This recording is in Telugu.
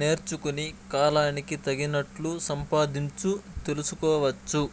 నేర్చుకుని, కాలానికి తగినట్లు సంపాదించు తెలుసుకోవచ్చు